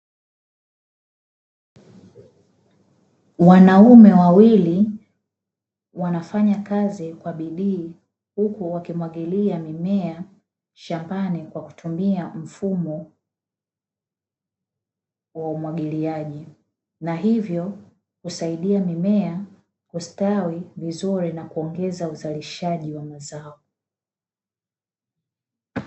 Wanaume wawili wanafanya kazi kwa bidii huku wakimwagilia mimea shambani kwa kutumia mfumo wa umwagiliaji, na hivyo kusaidia mimea kustawi vizuri na kuongeza uzalishaji wa mazao.